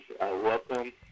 welcome